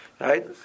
Right